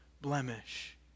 blemish